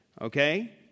Okay